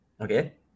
Okay